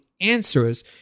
answers